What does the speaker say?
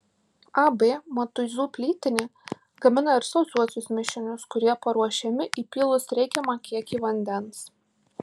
ab matuizų plytinė gamina ir sausuosius mišinius kurie paruošiami įpylus reikiamą kiekį vandens